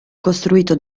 costituito